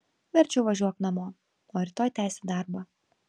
verčiau važiuok namo o rytoj tęsi darbą